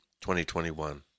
2021